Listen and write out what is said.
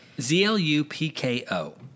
Z-L-U-P-K-O